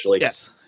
yes